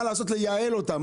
מה לעשות כדי לייעל אותם,